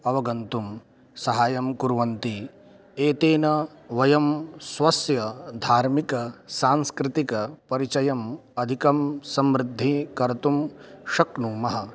अवगन्तुं सहायं कुर्वन्ति एतेन वयं स्वस्य धार्मिकसांस्कृतिकपरिचयम् अधिकं समृद्धिं कर्तुं शक्नुमः